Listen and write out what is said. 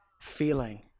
feeling